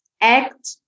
act